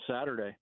Saturday